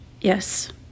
Yes